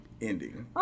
Ending